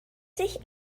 sich